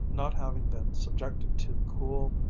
not having been subjected to the cool,